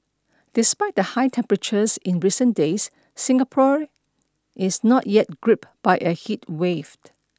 despite the high temperatures in recent days Singapore is not yet gripped by a heat waved